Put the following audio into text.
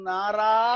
Nara